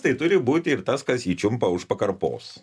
tai turi būti ir tas kas jį čiumpa už pakarpos